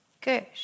Good